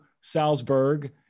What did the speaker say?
Salzburg